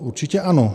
Určitě ano.